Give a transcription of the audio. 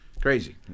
crazy